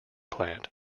plant